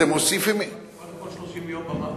אתם מוסיפים, קודם כול, 30 יום במקום,